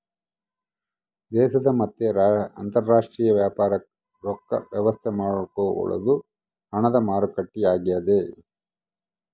ದೇಶದ ಮತ್ತ ಅಂತರಾಷ್ಟ್ರೀಯ ವ್ಯಾಪಾರಕ್ ರೊಕ್ಕ ವ್ಯವಸ್ತೆ ನೋಡ್ಕೊಳೊದು ಹಣದ ಮಾರುಕಟ್ಟೆ ಆಗ್ಯಾದ